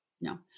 no